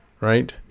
right